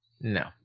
No